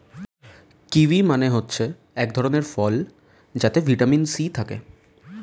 kiwi মানে হচ্ছে এক ধরণের ফল যাতে ভিটামিন সি থাকে